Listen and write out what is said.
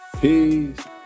Peace